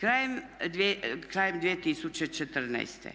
krajem 2014.